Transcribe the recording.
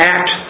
Act